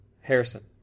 harrison